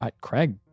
Craig